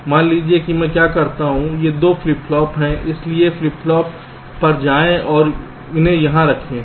मान लीजिए कि मैं क्या करता हूं ये 2 फ्लिप फ्लॉप हैं इसलिए फ्लिप फ्लॉप पर जाएं और इसे यहां रखें